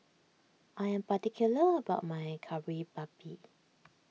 I am particular about my Kari Babi